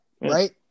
right